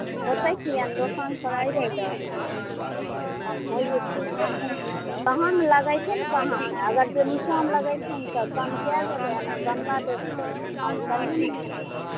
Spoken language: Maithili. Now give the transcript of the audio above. होतै किए ने दोकानपर अयबै तऽ अपना कम होइ जेतै जेथिन कहाॅंमे लगैथिन कहाॅंमे अगर जे नीचाॅंमे लगैथिन तऽ कम कए देबै एना गमला देब तऽ कम कनिये मनीये ने होतै